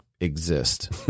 exist